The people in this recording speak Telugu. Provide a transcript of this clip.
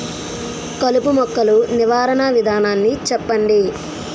కలుపు మొక్కలు నివారణ విధానాన్ని చెప్పండి?